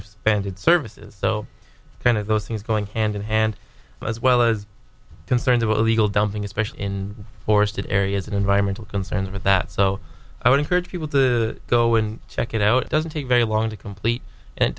banded services so kind of those things going hand in hand as well as concerns about illegal dumping especially in forested areas and environmental concerns with that so i would encourage people to go and check it out it doesn't take very long to complete and